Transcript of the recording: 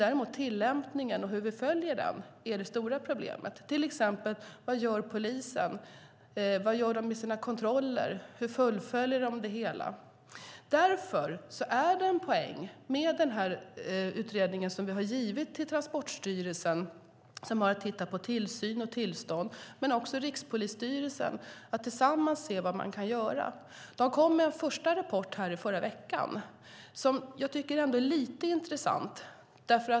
Däremot är tillämpningen och hur vi följer den det stora problemet, till exempel vad polisen gör, vad de gör i sina kontroller och hur de fullföljer det hela. Därför är det en poäng med det utredningsuppdrag som vi har givit till Transportstyrelsen och Rikspolisstyrelsen som har att titta på tillsyn och tillstånd för att tillsammans se vad man kan göra. De kom med en första rapport förra veckan som jag tycker är intressant.